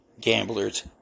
gamblers